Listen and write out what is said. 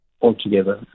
altogether